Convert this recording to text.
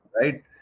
right